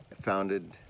founded